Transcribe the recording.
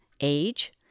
age